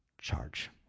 charge